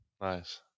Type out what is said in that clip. Nice